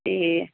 ਅਤੇ